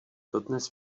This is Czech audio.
dodnes